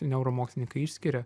neuromokslininkai išskiria